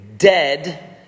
dead